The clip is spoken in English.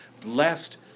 blessed